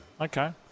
Okay